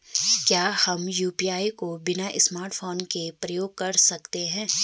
क्या हम यु.पी.आई को बिना स्मार्टफ़ोन के प्रयोग कर सकते हैं?